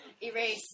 Erase